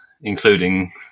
Including